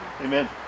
Amen